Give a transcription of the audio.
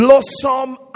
blossom